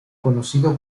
conocido